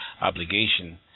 obligation